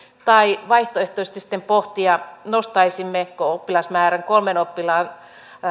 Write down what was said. tai vaihtoehtoisesti sitten pohtia nostaisimmeko oppilasmäärän kolmen oppilaan